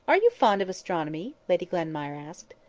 are you fond of astronomy? lady glenmire asked.